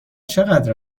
چقدر